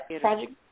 Project